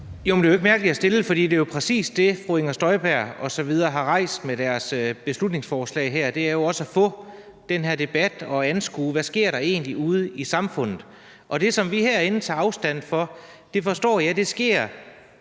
Jo, men det er ikke et mærkeligt spørgsmål at stille, for det er jo præcis det, fru Inger Støjberg osv. har rejst med deres beslutningsforslag her. Det handler jo også om at få den her debat og at anskue, hvad der egentlig sker ude i samfundet. Og det, som vi herinde tager afstand fra, forstår jeg sker